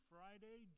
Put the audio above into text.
Friday